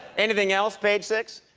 anything else, page six?